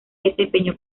desempeñó